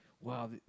wow